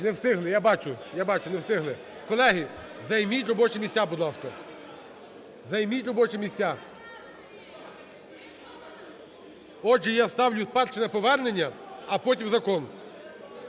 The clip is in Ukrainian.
Не встигли. Я бачу, не встигли. Колеги, займіть робочі місця, будь ласка. Займіть робочі місця. Отже, я ставлю перше - на повернення, а потім - закон.